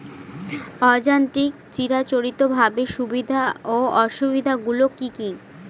অযান্ত্রিক চিরাচরিতভাবে সুবিধা ও অসুবিধা গুলি কি কি?